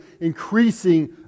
increasing